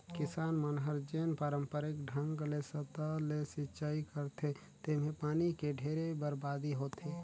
किसान मन हर जेन पांरपरिक ढंग ले सतह ले सिचई करथे तेम्हे पानी के ढेरे बरबादी होथे